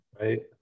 Right